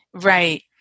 Right